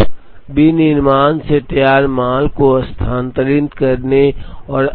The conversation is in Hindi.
अब विनिर्माण से तैयार माल को स्थानांतरित करने और